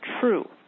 true